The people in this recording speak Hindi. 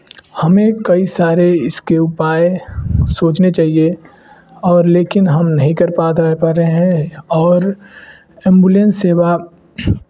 हमें कई सारे इसके उपाय सोचने चाहिए और लेकिन हम नहीं कर पा रहे हैं और ऐम्बुलेंस सेवा